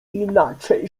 inaczej